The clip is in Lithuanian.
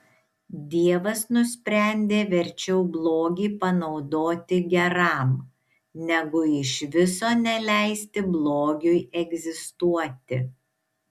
dievas nusprendė verčiau blogį panaudoti geram negu iš viso neleisti blogiui egzistuoti